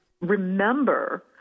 remember